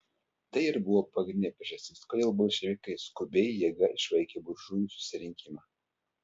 tai ir buvo pagrindinė priežastis kodėl bolševikai skubiai jėga išvaikė buržujų susirinkimą